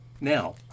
Now